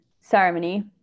ceremony